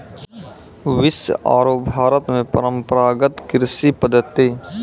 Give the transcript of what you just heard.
विश्व आरो भारत मॅ परंपरागत कृषि पद्धति